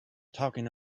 talking